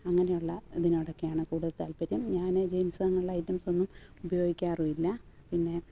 അങ്ങനെയുള്ള ഇതിനോടൊക്കെയാണ് കൂടുതൽ താല്പര്യം ഞാൻ ജീൻസ് അങ്ങനെയുള്ള ഐറ്റംസൊന്നും ഉപയോഗിക്കാറും ഇല്ല പിന്നെ